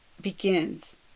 begins